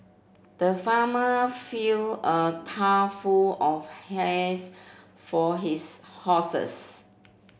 the farmer fill a full of hays for his horses